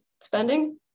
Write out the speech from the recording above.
spending